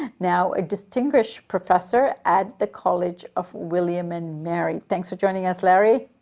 now a distinguished professor at the college of william and mary. thanks for joining us, larry.